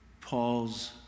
Paul's